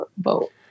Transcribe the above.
vote